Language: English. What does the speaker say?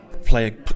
play